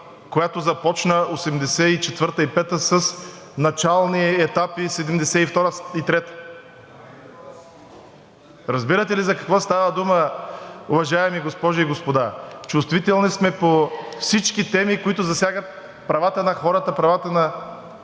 която започна 1984 – 1985 г., с начални етапи 1972 – 1973 г. Разбирате ли за какво става дума, уважаеми госпожи и господа? Чувствителни сме по всички теми, които засягат правата на хората, правата на